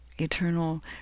eternal